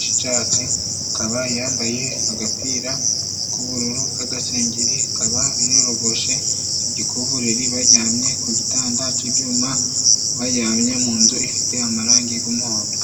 c'icatsi akaba yambaye agapira k'ubururu kagasengeri kaba yorogoshe igikuvurori bajyamye ku gitanda c'ibyuma bajyamye mu nzu ifite amarangi g'umuhondo.